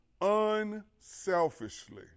unselfishly